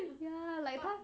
ya like